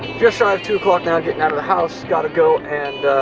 just shy of two o'clock now, getting out of the house. gotta go and